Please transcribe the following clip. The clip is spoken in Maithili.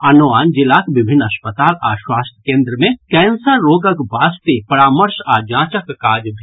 आनो आन जिलाक विभिन्न अस्पताल आ स्वास्थ्य केन्द्र मे कैंसर रोगक वास्ते परामर्श आ जांचक काज भेल